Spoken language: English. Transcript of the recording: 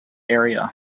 area